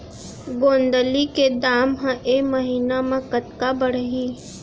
गोंदली के दाम ह ऐ महीना ह कतका बढ़ही?